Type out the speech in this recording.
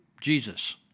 Jesus